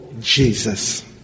Jesus